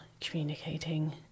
communicating